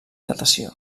natació